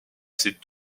ses